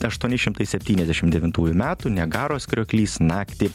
aštuoni šimtai septyniasdešim devintųjų metų niagaros krioklys naktį